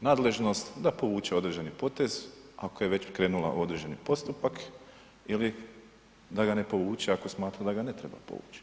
nadležnost da povuče određeni potez ako je već krenula u određeni postupak ili da ga ne povuče ako smatra da ga ne treba povući.